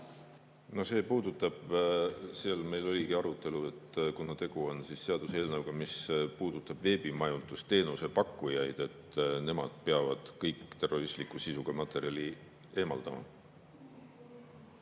No see puudutab ... Seal meil oligi arutelu, et kuna tegu on seaduseelnõuga, mis puudutab veebimajutusteenuse pakkujaid, siis nemad peavad kogu terroristliku sisuga materjali eemaldama.